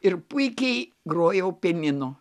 ir puikiai grojau pianinu